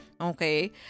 okay